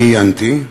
אני עיינתי.